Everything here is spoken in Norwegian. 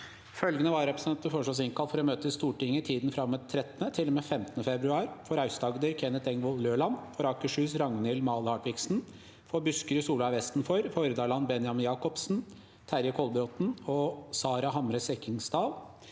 Følgende vararepresentanter innkalles for å møte i Stortinget i tiden fra og med 13. til og med 15. februar: For Aust-Agder: Kenneth Engvoll Løland For Akershus: Ragnhild Male Hartviksen For Buskerud: Solveig Vestenfor For Hordaland: Benjamin Jakobsen, Terje Koll_botn og Sara Hamre Sekkingstad_